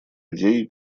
идей